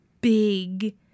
big